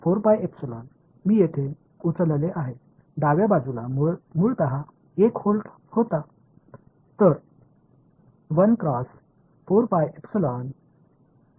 तर मी तेथे उचलले आहे डाव्या बाजूला मूळतः 1 व्होल्ट होता